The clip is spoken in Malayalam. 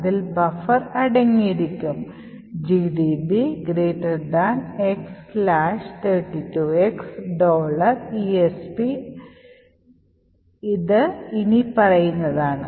അതിൽ ബഫർ അടങ്ങിയിരിക്കും gdb x 32x esp അത് ഇനിപ്പറയുന്നതാണ്